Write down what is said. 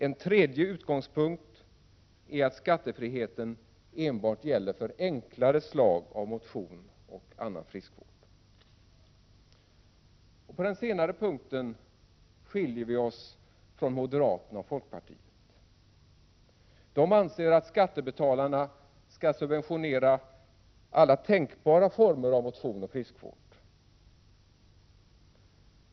En tredje utgångspunkt är att skattefriheten enbart gäller för enklare slag av motion och annan friskvård. På den senare punkten skiljer vi oss från moderaterna och folkpartiet som anser att skattebetalarna skall subventionera alla tänkbara former av motion och friskvård.